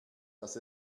dass